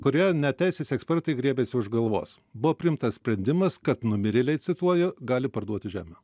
kurioje net teisės ekspertai griebėsi už galvos buvo priimtas sprendimas kad numirėliai cituoju gali parduoti žemę